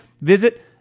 Visit